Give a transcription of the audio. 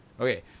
Okay